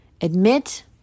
admit